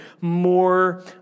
more